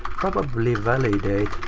probably validate,